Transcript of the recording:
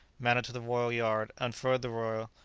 mounted to the royal-yard, unfurled the royal,